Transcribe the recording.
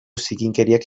zikinkeriak